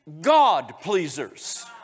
God-pleasers